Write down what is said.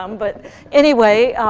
um but anyway,